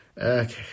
Okay